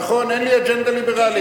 נכון, אין לי אג'נדה ליברלית.